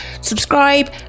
subscribe